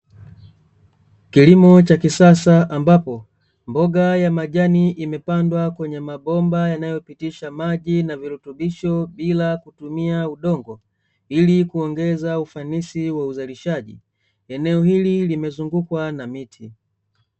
Kilimo cha kisasa ambapo mboga ya majani imepandwa kwenye mabomba yanayopitisha maji na virutubisho bila kutumia udongo, ili kuongeza ufanisi wa uzalishaji eneo hili limezungukwa na miti.